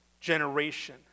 generation